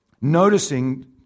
Noticing